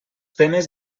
temes